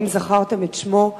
האם זכרתם את שמו?